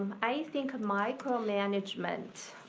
i think micromanagement,